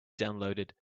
downloaded